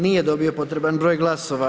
Nije dobio potreban broj glasova.